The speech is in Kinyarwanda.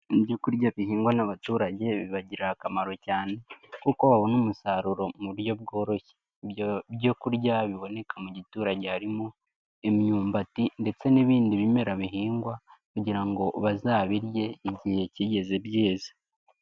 Ibyo kurya bihingwa n'abaturage bibagirira akamaro cyane, kuko babona umusaruro mu buryo bworoshye. Ibyo byo kurya biboneka mu giturage, harimo imyumbati ndetse n'ibindi bimera bihingwa kugira ngo bazabirye igihe kigeze byeze.